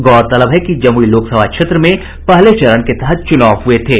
गौरतलब है कि जमुई लोकसभा क्षेत्र में पहले चरण के तहत चुनाव हुए थे